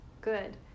Good